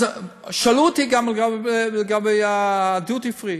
אז שאלו אותי גם לגבי הדיוטי פרי,